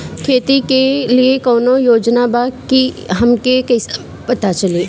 खेती के लिए कौने योजना बा ई हमके कईसे पता चली?